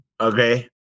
okay